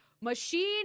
Machine